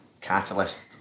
catalyst